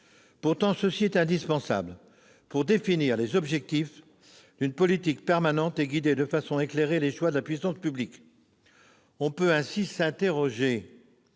pourtant indispensable pour définir les objectifs d'une politique pertinente et guider de façon éclairée les choix de la puissance publique. On peut ainsi s'interroger